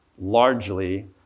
largely